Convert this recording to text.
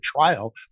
trial